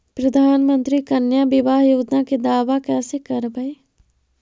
प्रधानमंत्री कन्या बिबाह योजना के दाबा कैसे करबै?